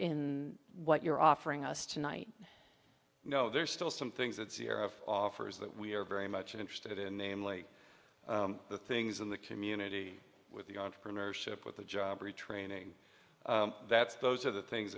in what you're offering us tonight no there are still some things that zero offers that we are very much interested in namely the things in the community with the entrepreneurship with the job retraining that's those are the things